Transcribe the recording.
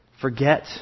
forget